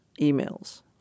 emails